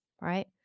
right